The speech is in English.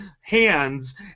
hands